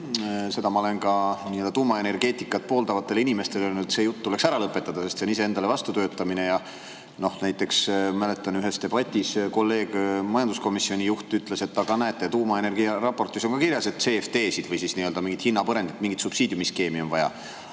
seda ma olen ka tuumaenergeetikat pooldavatele inimestele öelnud, et see jutt tuleks ära lõpetada, sest see on iseendale vastutöötamine. Näiteks mäletan, ühes debatis kolleeg, majanduskomisjoni juht ütles, et aga näete, tuumaenergiaraportis on ka kirjas, et CFD‑sid või siis mingit hinnapõrandat, mingit subsiidiumiskeemi on vaja.